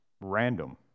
random